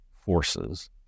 forces